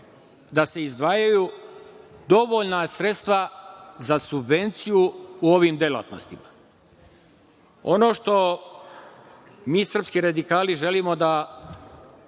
da se izdvajaju dovoljna sredstva za subvenciju u ovim delatnostima. Ono na šta mi srpski radikali želimo da